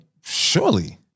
Surely